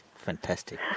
Fantastic